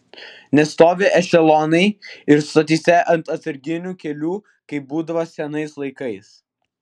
nestovi ešelonai ir stotyse ant atsarginių kelių kaip būdavo senais laikais